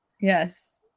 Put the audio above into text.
Yes